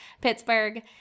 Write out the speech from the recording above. Pittsburgh